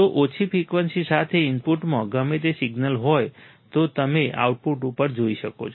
તો ઓછી ફ્રિકવન્સી સાથે ઇનપુટમાં ગમે તે સિગ્નલ હોય તો તમે આઉટપુટ ઉપર જોઈ શકો છો